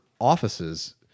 offices